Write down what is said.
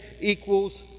equals